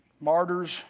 martyrs